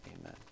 Amen